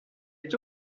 est